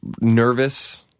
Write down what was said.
nervous